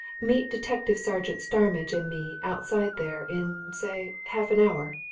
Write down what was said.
meet detective-sergeant starmidge and me outside there, in, say, half an hour.